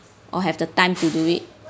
or have the time to do it